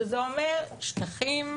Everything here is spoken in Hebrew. זה אומר שטחים,